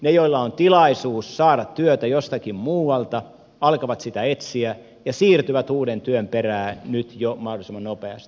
ne joilla on tilaisuus saada työtä jostakin muualta alkavat sitä etsiä ja siirtyvät uuden työn perään nyt jo mahdollisimman nopeasti